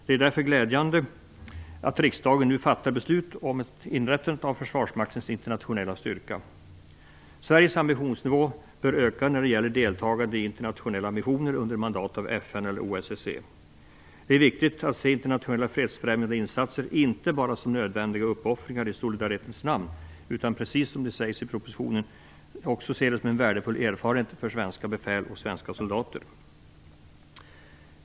Det är därför glädjande att riksdagen nu fattar beslut om inrättande av försvarsmaktens internationella styrka. Sveriges ambitionsnivå bör öka när det gäller deltagande i internationella missioner under mandat av FN eller OSSE. Det är viktigt att se internationella fredsbefrämjande insatser inte bara som nödvändiga uppoffringar i solidaritetens namn. Precis som det sägs i propositionen skall man också se det som en värdefull erfarenhet för svenska befäl och svenska soldater.